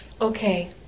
Okay